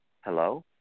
hello